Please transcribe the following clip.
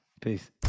Peace